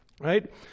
Right